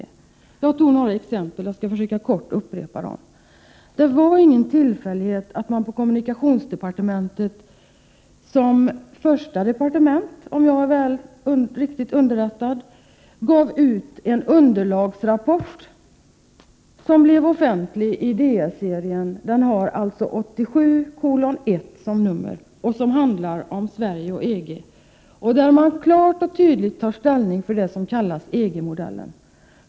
Jag tog tidigare några exempel och skall upprepa dem. Det var ingen tillfällighet att kommunikationsdepartementet, som första departement — om jag är riktigt underrättad — gav ut en underlagsrapport som offentliggjordes i Ds-serien, nr 1987:1, och som handlar om Sverige och EG. Där tar man klart och tydligt ställning för det som kallas EG-modellen.